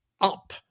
up